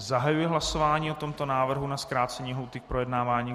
Zahajuji hlasování o tomto návrhu na zkrácení lhůty k projednávání.